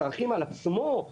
צרכים על עצמו,